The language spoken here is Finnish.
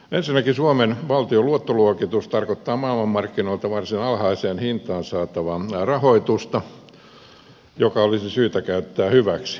ensinnäkin suomen valtion luottoluokitus tarkoittaa maailmanmarkkinoilta varsin alhaiseen hintaan saatavaa rahoitusta joka olisi syytä käyttää hyväksi